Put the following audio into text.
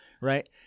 right